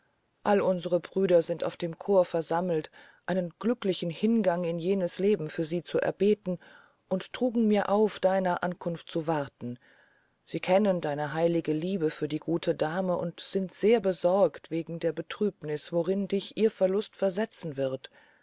alle unsre brüder sind auf dem chor versammelt einen glücklichen hingang in jenes leben für sie zu erbeten und trugen mir auf deiner ankunft zu warten sie kennen deine heilige liebe für die gute dame und sind sehr besorgt wegen der betrübniß worin dich ihr verlust versetzen wird